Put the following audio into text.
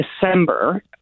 December